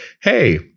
Hey